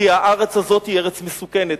כי הארץ הזאת היא ארץ מסוכנת.